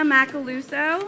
Macaluso